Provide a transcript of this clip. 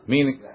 Meaning